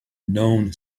known